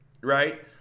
Right